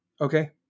Okay